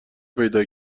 پیدا